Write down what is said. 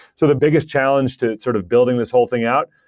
so the biggest challenge to sort of building this whole thing out,